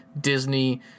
Disney